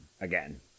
again